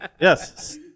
Yes